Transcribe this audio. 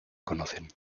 conocen